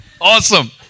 Awesome